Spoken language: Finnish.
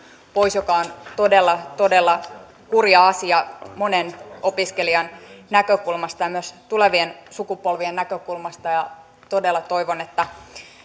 pois mikä on todella todella kurja asia monen opiskelijan näkökulmasta ja myös tulevien sukupolvien näkökulmasta todella toivon että